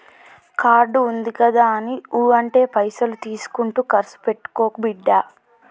card ఉందిగదాని ఊ అంటే పైసలు తీసుకుంట కర్సు పెట్టుకోకు బిడ్డా